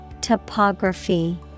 Topography